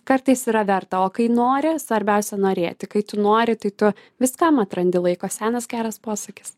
kartais yra verta o kai nori svarbiausia norėti kai tu nori tai tu viskam atrandi laiko senas geras posakis